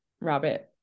rabbit